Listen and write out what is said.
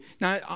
Now